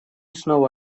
снова